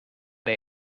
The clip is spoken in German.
der